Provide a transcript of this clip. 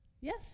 Yes